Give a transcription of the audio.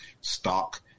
stock